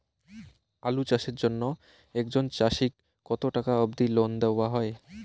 আলু চাষের জন্য একজন চাষীক কতো টাকা অব্দি লোন দেওয়া হয়?